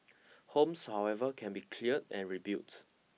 homes however can be cleared and rebuilt